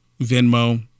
Venmo